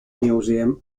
museum